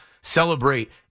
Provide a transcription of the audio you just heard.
celebrate